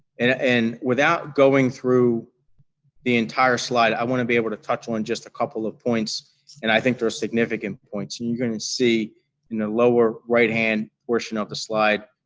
and and without going through the entire slide, i want to be able to touch on just a couple of points and i think they're significant points. and you're going to see in the lower right-hand portion of the slide